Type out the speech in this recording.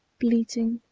bleating,